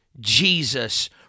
Jesus